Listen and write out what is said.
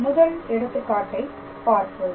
முதல் எடுத்துக்காட்டை பார்ப்போம்